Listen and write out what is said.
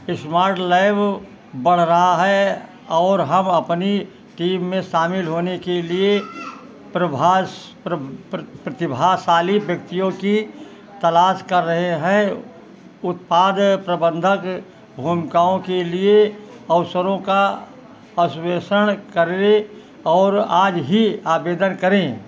smart lab बढ़ रहा है और हम अपनी टीम में शामिल होने के लिए प्रभा प्रतिभाशाली व्यक्तियों की तलाश कर रहे हैं उत्पाद प्रबंधक भूमिकाओं के लिए अवसरों का करें और आज ही आवेदन करें